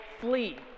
flee